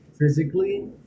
physically